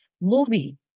Movie